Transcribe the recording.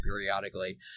periodically